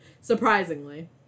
Surprisingly